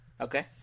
Okay